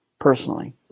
personally